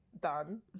done